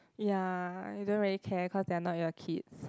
ya you don't really care cause they're not your kids